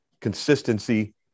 consistency